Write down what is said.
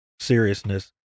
Seriousness